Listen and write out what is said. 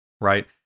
right